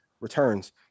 returns